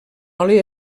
oli